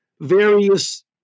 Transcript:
various